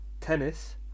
tennis